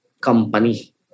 company